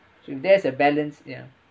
if there's a balance ya